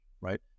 right